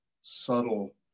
subtle